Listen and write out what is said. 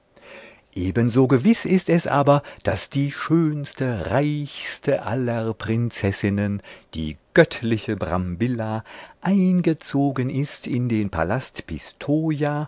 verstricken ebenso gewiß ist es aber daß die schönste reichste aller prinzessinen die göttliche